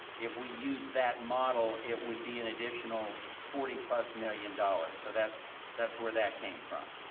if we use that model, it would be an additional forty plus million dollars. so that's that's where that came from.